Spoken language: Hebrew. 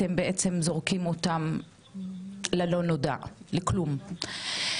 אתם זורקים אותם ללא נודע, לכלום.